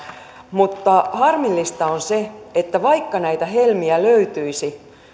mutta harmillista on se että vaikka näitä helmiä löytyisi